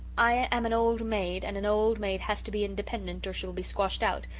i am an old maid and an old maid has to be independent or she will be squashed out.